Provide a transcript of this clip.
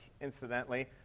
incidentally